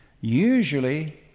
Usually